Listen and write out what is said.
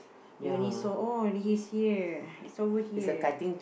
we only saw oh he's here he's over here